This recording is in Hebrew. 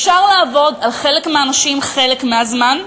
אפשר לעבוד על חלק מהאנשים חלק מהזמן,